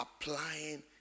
applying